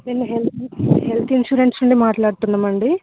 మేము health health insurance నుండి మాట్లాడుతున్నాం అండి